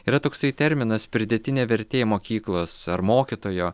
yra toksai terminas pridėtinė vertė mokyklos ar mokytojo